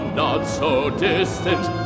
not-so-distant